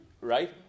Right